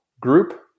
group